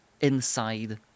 inside